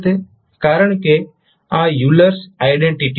કારણ કે આ યુલર્સ આઇડેન્ટિટી Eulers identity છે